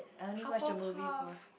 Hufflepuff